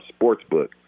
Sportsbook